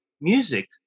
music